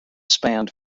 spanned